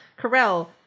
Carell